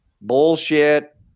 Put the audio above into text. Bullshit